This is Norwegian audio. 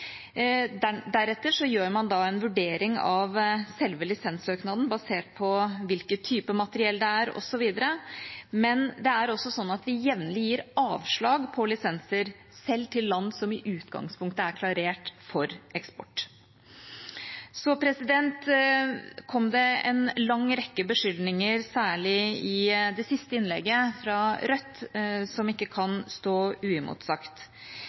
Deretter gjør man en vurdering av selve lisenssøknaden basert på hvilken type materiell det er, osv., men det er også sånn at vi jevnlig gir avslag på lisenser, selv til land som i utgangspunktet er klarert for eksport. Så kom det en lang rekke beskyldninger – særlig i det siste innlegget, fra Rødt – som ikke kan stå uimotsagt.